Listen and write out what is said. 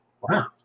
wow